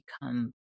become